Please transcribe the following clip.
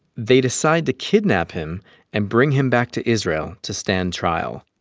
they decide to kidnap him and bring him back to israel to stand trial.